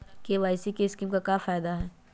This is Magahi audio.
के.सी.सी स्कीम का फायदा क्या है?